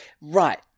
Right